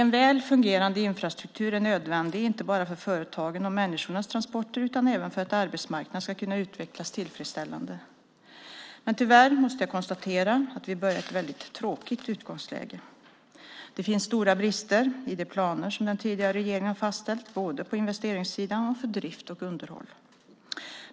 En väl fungerande infrastruktur är nödvändig inte bara för företagens och människornas transporter utan även för att arbetsmarknaden ska kunna utvecklas tillfredsställande. Men tyvärr måste jag konstatera att vi börjar i ett väldigt tråkigt utgångsläge. Det finns stora brister i de planer som den tidigare regeringen har fastställt, både på investeringssidan och för drift och underhåll.